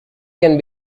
can